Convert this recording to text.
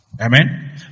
Amen